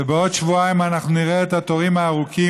ובעוד שבועיים אנחנו נראה את התורים הארוכים